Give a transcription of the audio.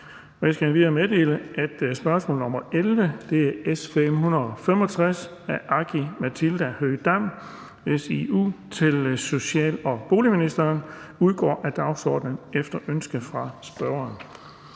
på dagsordenen (spm. nr. S 565) af Aki-Matilda Høegh-Dam (SIU) til social- og boligministeren udgår af dagsordenen efter ønske fra spørgeren.